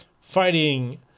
fighting